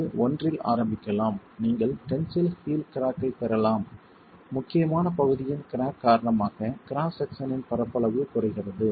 இது ஒன்றில் ஆரம்பிக்கலாம் நீங்கள் டென்சில் ஹீல் கிராக் ஐப் பெறலாம் முக்கியமான பகுதியின் கிராக் காரணமாக கிராஸ் செக்சனின் பரப்பளவு குறைகிறது